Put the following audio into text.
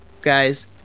guys